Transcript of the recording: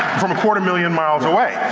from a quarter million miles away.